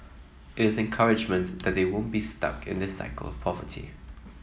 is the encouragement that they won't be stuck in this cycle of poverty